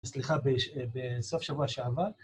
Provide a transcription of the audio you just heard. סליחה בסוף שבוע שעבר.